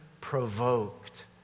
provoked